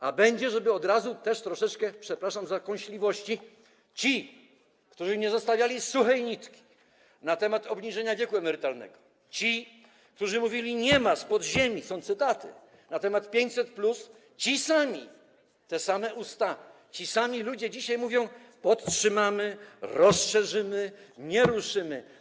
A będzie, żeby, od razu też troszeczkę przepraszam za kąśliwości, ci, którzy nie zostawiali suchej nitki na decyzji o obniżeniu wieku emerytalnego, ci, którzy mówili: nie ma, spod ziemi, to są cytaty na temat 500+, ci sami, te same usta, ci sami ludzie dzisiaj mogli mówić: podtrzymamy, rozszerzymy, nie ruszymy.